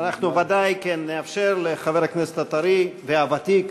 אנחנו ודאי נאפשר לחבר הכנסת הטרי והוותיק,